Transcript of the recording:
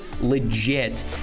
legit